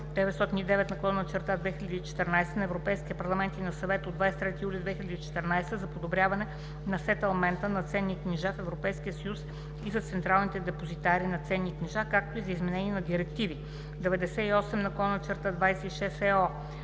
909/2014 на Европейския парламент и на Съвета от 23 юли 2014 г. за подобряване на сетълмента на ценни книжа в Европейския съюз и за централните депозитари на ценни книжа, както и за изменение на директиви 98/26/ЕО